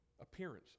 Appearance